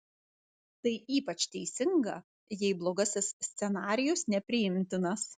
tai ypač teisinga jei blogasis scenarijus nepriimtinas